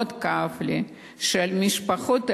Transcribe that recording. מאוד כאב לי שעל המשפחות האלו,